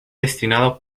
destinado